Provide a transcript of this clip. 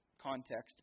context